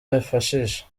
bifashisha